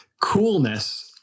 Coolness